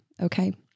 okay